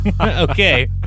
Okay